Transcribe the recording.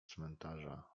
cmentarza